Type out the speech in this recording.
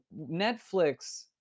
Netflix